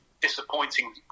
disappointing